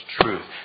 truth